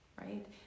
right